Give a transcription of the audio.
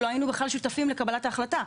לא היינו בכלל שותפים לקבלת ההחלטה.